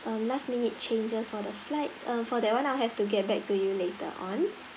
um last minute changes for the flights uh for that one I'll have to get back to you later on